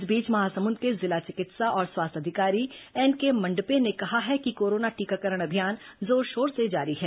इस बीच महासमुंद के जिला चिकित्सा और स्वास्थ्य अधिकारी एनके मंडपे ने कहा है कि कोरोना टीकाकरण अभियान जोरशोर से जारी है